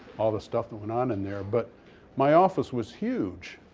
all this stuff that went on in there. but my office was huge.